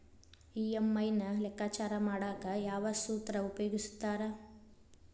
EMI ನ ಲೆಕ್ಕಾಚಾರ ಮಾಡಕ ಯಾವ್ ಸೂತ್ರ ಉಪಯೋಗಿಸ್ತಾರ